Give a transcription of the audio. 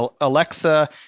Alexa